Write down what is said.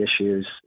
issues